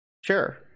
sure